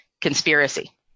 conspiracy